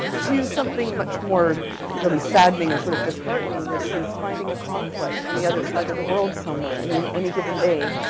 to something much more really saddening and sort of disheartening, which is finding a conflict on the other side of the world somewhere. i mean, any given day,